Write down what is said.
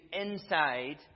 inside